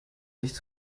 nicht